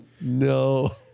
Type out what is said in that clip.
no